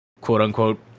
quote-unquote